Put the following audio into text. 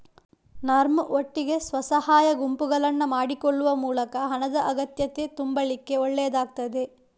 ನರ್ಮ್ ಒಟ್ಟಿಗೆ ಸ್ವ ಸಹಾಯ ಗುಂಪುಗಳನ್ನ ಮಾಡಿಕೊಳ್ಳುವ ಮೂಲಕ ಹಣದ ಅಗತ್ಯತೆ ತುಂಬಲಿಕ್ಕೆ ಒಳ್ಳೇದಾಗ್ತದೆ